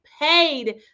paid